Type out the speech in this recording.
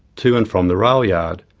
to and from the rail yard.